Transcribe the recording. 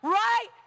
right